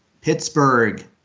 Pittsburgh